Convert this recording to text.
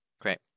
Great